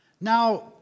Now